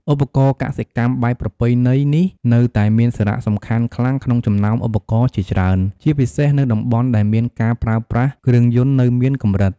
ឧបករណ៍កសិកម្មបែបប្រពៃណីនេះនៅតែមានសារៈសំខាន់ខ្លាំងក្នុងចំណោមឧបករណ៍ជាច្រើន ជាពិសេសនៅតំបន់ដែលមានការប្រើប្រាស់គ្រឿងយន្តនៅមានកម្រិត។